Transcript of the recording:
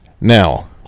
now